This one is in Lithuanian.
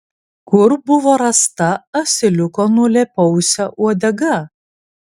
kur buvo rasta asiliuko nulėpausio uodega